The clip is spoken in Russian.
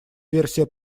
версия